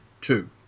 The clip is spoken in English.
two